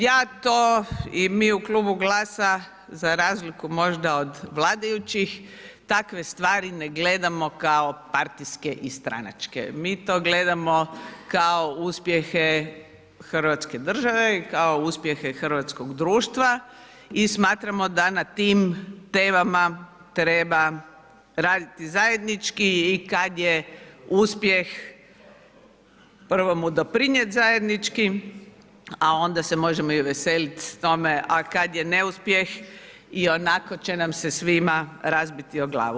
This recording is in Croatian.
Ja to i mi u Klubu GLAS-a za razliku možda od vladajućih takve stvari ne gledamo kao partijske i stranačke, mi to gledamo kao uspjehe Hrvatske države i kao uspjehe hrvatskog društva i smatramo da na tim temama treba raditi zajednički i kad je uspjeh, prvo mu doprinijet zajednički, a onda se možemo i veselit tome, a kad je neuspjeh i onako će nam se svima razbiti o glavu.